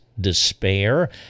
despair